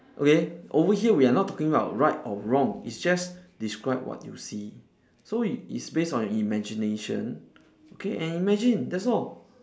okay over here we are not talking about right or wrong it's just describe what you see so i~ it's based on your imagination okay and imagine that's all